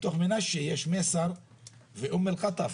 במנשה יש מייסר ואום אל קטאף,